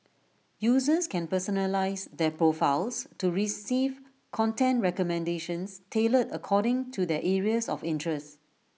users can personalise their profiles to receive content recommendations tailored according to their areas of interest